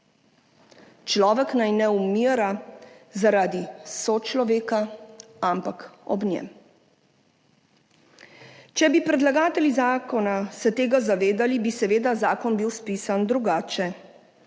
Človek naj ne umira zaradi sočloveka, ampak ob njem. Če bi se predlagatelji zakona tega zavedali, bi bil seveda zakon spisan drugače.